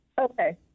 Okay